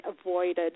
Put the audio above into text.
avoided